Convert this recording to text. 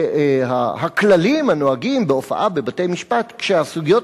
והכללים הנוהגים בהופעה בבתי-משפט כשהסוגיות